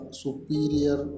superior